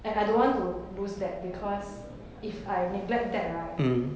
and I don't want to loose that because if I neglect that